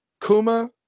Kuma